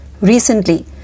recently